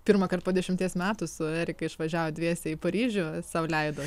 pirmąkart po dešimties metų su erika išvažiavot dviese į paryžių sau leidot